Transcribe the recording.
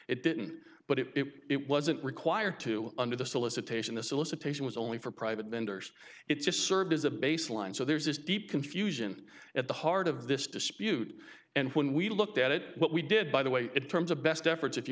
it didn't but it wasn't required to under the solicitation the solicitation was only for private vendors it's just served as a baseline so there's this deep confusion at the heart of this dispute and when we looked at it what we did by the way it terms of best efforts if you